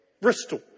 Bristol